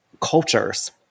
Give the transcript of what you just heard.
cultures